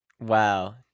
Wow